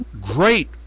great